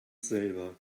selber